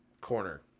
corner